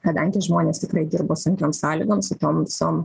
kadangi žmonės tikrai dirbo sunkiom sąlygom su tom visom